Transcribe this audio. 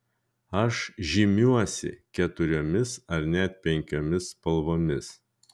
aš žymiuosi keturiomis ar net penkiomis spalvomis